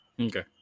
Okay